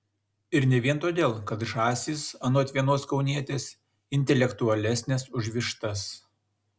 ir ne vien todėl kad žąsys anot vienos kaunietės intelektualesnės už vištas